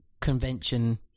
convention